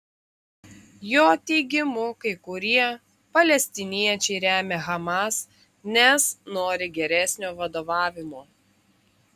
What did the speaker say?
jo teigimu kai kurie palestiniečiai remia hamas nes nori geresnio vadovavimo